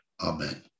amen